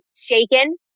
shaken